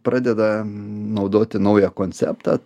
pradeda naudoti naują konceptą